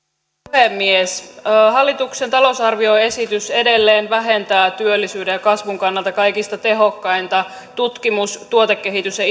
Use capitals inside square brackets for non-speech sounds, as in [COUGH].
puhemies hallituksen talousarvioesitys edelleen vähentää työllisyyden ja kasvun kannalta kaikista tehokkainta tutkimus tuotekehitys ja [UNINTELLIGIBLE]